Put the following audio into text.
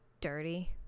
dirty